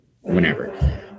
whenever